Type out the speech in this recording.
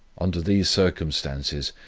under these circumstances,